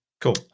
Cool